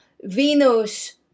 Venus